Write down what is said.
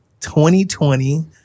2020